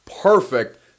perfect